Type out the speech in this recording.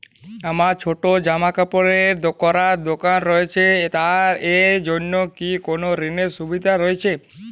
আমার ছোটো জামাকাপড় বিক্রি করার দোকান রয়েছে তা এর জন্য কি কোনো ঋণের সুবিধে রয়েছে?